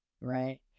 right